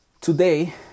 today